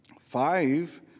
five